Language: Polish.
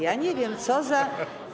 Ja nie wiem, co za.